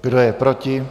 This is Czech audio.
Kdo je proti?